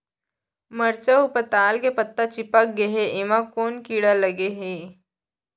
मरचा अऊ पताल के पत्ता चिपक गे हे, एमा कोन कीड़ा लगे है?